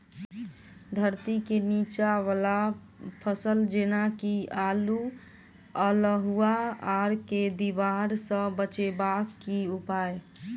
धरती केँ नीचा वला फसल जेना की आलु, अल्हुआ आर केँ दीवार सऽ बचेबाक की उपाय?